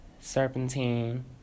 Serpentine